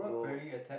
no